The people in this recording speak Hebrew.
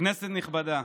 כנסת נכבדה,